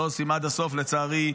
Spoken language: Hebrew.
לא עושים עד הסוף לצערי,